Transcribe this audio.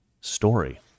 story